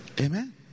Amen